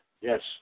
Yes